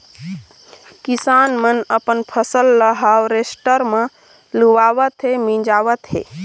किसान मन अपन फसल ह हावरेस्टर म लुवावत हे, मिंजावत हे